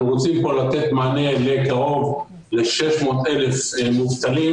אנחנו רוצים פה לתת מענה לקרוב ל-600,000 מובטלים,